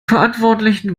verantwortlichen